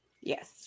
yes